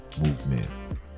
movement